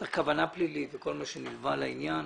צריך כוונה פלילית וכל מה שנלווה לעניין.